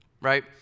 right